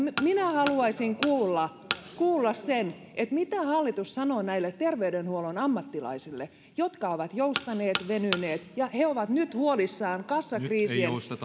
minä haluaisin kuulla kuulla sen mitä hallitus sanoo näille terveydenhuollon ammattilaisille jotka ovat joustaneet venyneet ja he ovat nyt huolissaan kassakriisin